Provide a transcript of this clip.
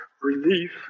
relief